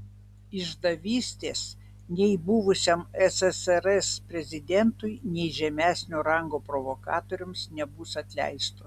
išdavystės nei buvusiam ssrs prezidentui nei žemesnio rango provokatoriams nebus atleistos